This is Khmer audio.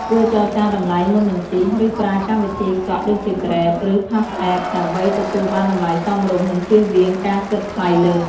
គួរចរចាតម្លៃមុននឹងជិះ ឬប្រើកម្មវិធីកក់ ដូចជា Grab ឬ PassApp ដើម្បីទទួលបានតម្លៃសមរម្យ និងជៀសវាងការគិតថ្លៃលើស។